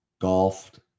golfed